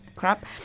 crap